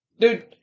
Dude